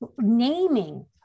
naming